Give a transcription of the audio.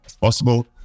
possible